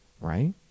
right